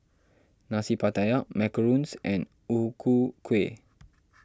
Nasi Pattaya Macarons and O Ku Kueh